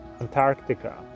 Antarctica